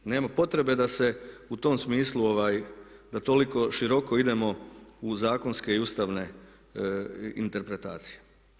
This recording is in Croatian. Nema potrebe da se u tom smislu da toliko široko idemo u zakonske i ustavne interpretacije.